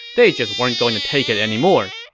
they just weren't going to take it anymore.